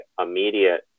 immediate